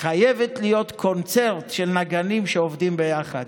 חייבת להיות קונצרט של נגנים שעובדים ביחד,